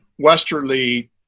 Westerly